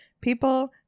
people